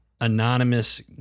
anonymous